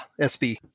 SB